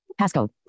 Passcode